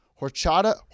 horchata